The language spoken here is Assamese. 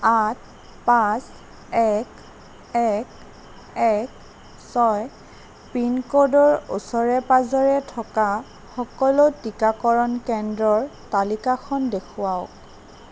আঠ পাঁচ এক এক এক ছয় পিনক'ডৰ ওচৰে পাঁজৰে থকা সকলো টিকাকৰণ কেন্দ্ৰৰ তালিকাখন দেখুৱাওক